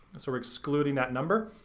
so we're excluding that number.